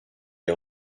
est